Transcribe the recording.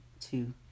two